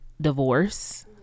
divorce